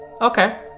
Okay